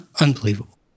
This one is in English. Unbelievable